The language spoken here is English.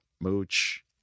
Mooch